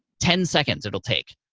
ten seconds, it'll take,